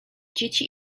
dzieci